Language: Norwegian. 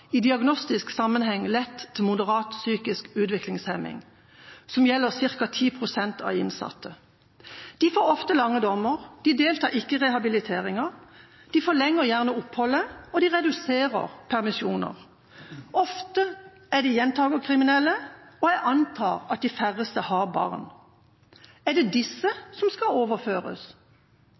i diagnostisk sammenheng lett til moderat psykisk utviklingshemming, som gjelder ca. 10 pst. av innsatte. De får ofte lange dommer, de deltar ikke i rehabiliteringa, de forlenger gjerne oppholdet, og de reduserer permisjoner. Ofte er de gjentakerkriminelle, og jeg antar at de færreste har barn. Er det